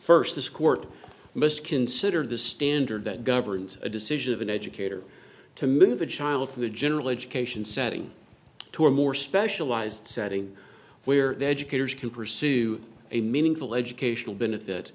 must consider the standard that governs a decision of an educator to move a child from the general education setting to a more specialized setting where the educators can pursue a meaningful educational benefit